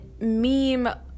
meme